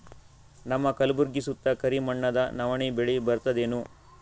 ನಮ್ಮ ಕಲ್ಬುರ್ಗಿ ಸುತ್ತ ಕರಿ ಮಣ್ಣದ ನವಣಿ ಬೇಳಿ ಬರ್ತದೇನು?